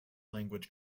language